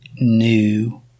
new